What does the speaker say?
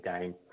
game